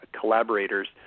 collaborators